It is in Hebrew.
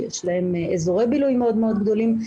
שיש להן אזורי בילוי מאוד גדולים,